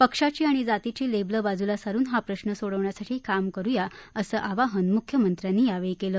पक्षाची आणि जातीची लेबलं बाजूला सारून हा प्रश्र सोडवण्यासाठी काम करूया असं आवाहन मुख्यमंत्र्यानी यावेळी केलं